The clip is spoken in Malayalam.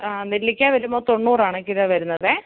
ആ നെല്ലിക്ക വരുമ്പോൾ തൊണ്ണൂറാണ് കിലോ വരുന്നത്